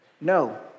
No